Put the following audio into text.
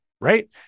right